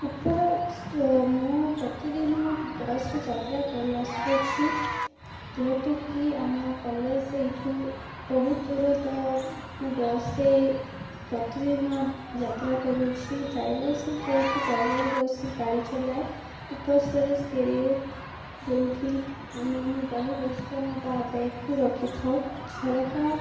ଉପର ମୁଁ ପ୍ରତିଦିନ ବସ୍ରେ ଯାତ୍ରା କରି ଆସୁଅଛି ଯେହେତୁକି ଆମ କଲେଜ୍ ଏଇଠୁ ବହୁତ ଦୂର ତ ମୁଁ ବସ୍ରେ ପ୍ରତିଦିନ ଯାତ୍ରା କରୁଅଛି ଡ୍ରାଇଭର ସିଟ୍ ଯେଉଁଠି ଡ୍ରାଇଭର ବସି ଗାଡ଼ି ଚଲାଏ ଉପର ଷ୍ଟୋରେଜ୍ କାରିଅର ଯେଉଁଠି ଆମେ ଆମ ବହିିବସ୍ତାନ ବା ବ୍ୟାଗକୁ ରଖିଥାଉ ଝରକା